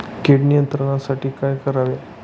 कीड नियंत्रणासाठी काय करावे?